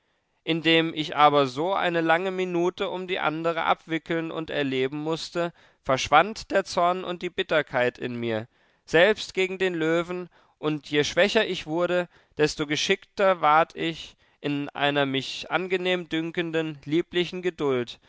indem ich aber so eine lange minute um die andere abwickeln und erleben mußte verschwand der zorn und die bitterkeit in mir selbst gegen den löwen und je schwächer ich wurde desto geschickter ward ich in einer mich angenehm dünkenden lieblichen geduld